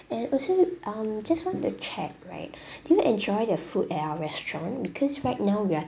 and also um just want to check right did you enjoy the food at our restaurant because right now we're